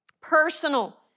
Personal